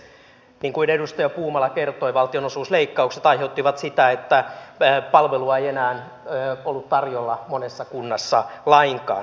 niin kuin edustaja puumala kertoi valtionosuusleikkaukset aiheuttivat sitä että palvelua ei enää ollut tarjolla monessa kunnassa lainkaan